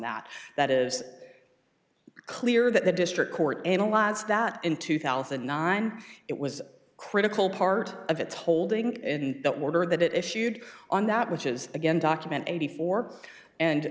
that that is clear that the district court analyze that in two thousand and nine it was a critical part of its holding in the order that it issued on that which is again document eighty four and